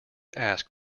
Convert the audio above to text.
ask